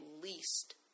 least